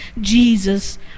Jesus